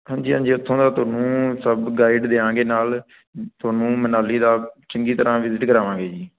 ਹਾਂਜੀ ਹਾਂਜੀ ਉੱਥੋਂ ਦਾ ਤੁਹਾਨੂੰ ਸਭ ਗਾਈਡ ਦਿਆਂਗੇ ਨਾਲ ਤੁਹਾਨੂੰ ਮਨਾਲੀ ਦਾ ਚੰਗੀ ਤਰ੍ਹਾਂ ਵਿਜਿਟ ਕਰਾਵਾਂਗੇ ਜੀ